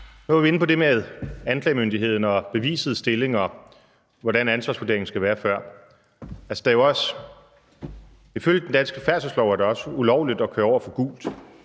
Nu var vi før inde på det med anklagemyndigheden og bevisets stilling, og hvordan ansvarsvurderingen skal være. Ifølge den danske færdselslov er det jo også ulovligt at køre over for gult.